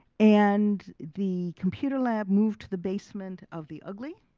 and the computer lab moved to the basement of the ugli,